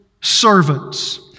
servants